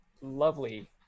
lovely